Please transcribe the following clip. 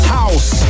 house